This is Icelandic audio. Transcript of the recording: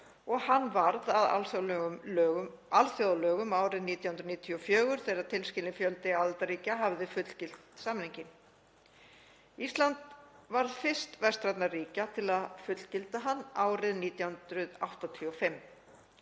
og hann varð að alþjóðalögum árið 1994, þegar tilskilinn fjöldi aðildarríkja hafði fullgilt samninginn. Ísland varð fyrst vestrænna ríkja til að fullgilda hann árið 1985.